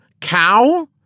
cow